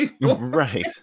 Right